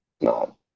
No